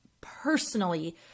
personally